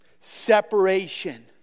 separation